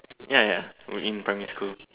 ya ya in primary school